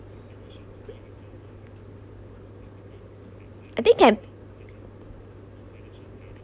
I think can